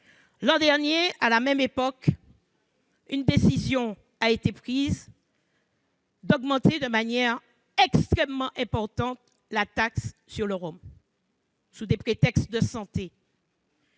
L'an dernier, à la même époque, la décision a été prise d'augmenter de manière extrêmement importante la taxe sur le rhum, sous des prétextes de santé.